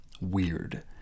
weird